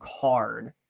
card